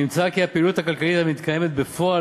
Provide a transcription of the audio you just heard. נמצא כי הפעילות הכלכלית המתקיימת בפועל